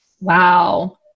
Wow